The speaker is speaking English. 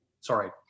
sorry